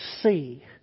see